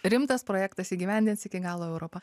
rimtas projektas įgyvendins iki galo europa